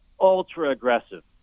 ultra-aggressive